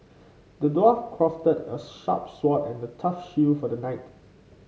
the dwarf crafted a sharp sword and a tough shield for the knight